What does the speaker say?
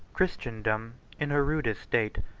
christendom, in her rudest state,